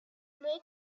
more